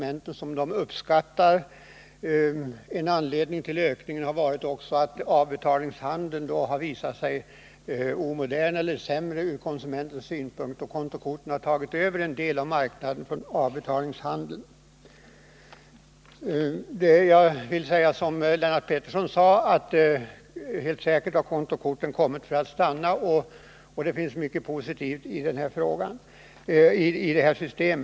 En annan anledning till ökningen har varit att avbetalningshandeln visat sig omodern eller att den är sämre från konsumentens synpunkt. Kontokorten har tagit över en del av marknaden för avbetalningshandeln. Som Lennart Pettersson sade tror jag också att kontokorten helt säkert har kommit för att stanna och att det finns mycket positivt med detta system.